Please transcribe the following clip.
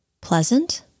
Pleasant